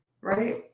Right